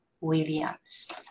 Williams